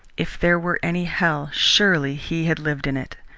if there were any hell, surely he had lived in it!